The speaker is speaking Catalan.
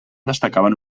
destacaven